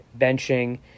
Benching